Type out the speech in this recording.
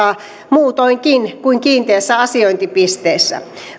muutoinkin kuin kiinteässä asiointipisteessä